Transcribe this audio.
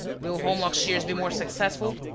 will holmlock shears be more successful?